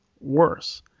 worse